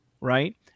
right